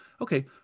Okay